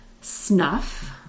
Snuff